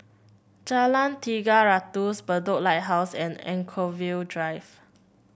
Jalan Tiga Ratus Bedok Lighthouse and Anchorvale Drive